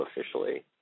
officially